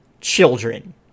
children